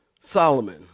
Solomon